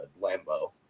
lambo